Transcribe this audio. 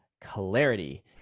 clarity